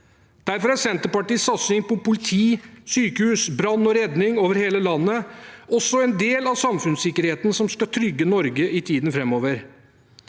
Derfor er Senterpartiets satsing på politi, sykehus, brann og redning over hele landet også en del av samfunnssikkerheten som skal trygge Norge i tiden framover.